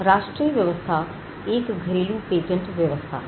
राष्ट्रीय व्यवस्था 1 घरेलू पेटेंट व्यवस्था है